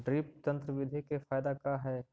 Drip तन्त्र बिधि के फायदा का है?